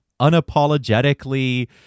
unapologetically